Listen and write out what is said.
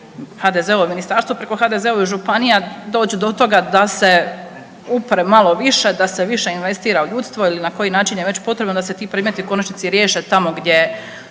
HDZ-ovo ministarstvo preko HDZ-ove županija doći do toga da se upre malo više, da se više investira u ljudstvo ili na koji način je već potrebno, da se ti predmeti u konačnici riješe tamo gdje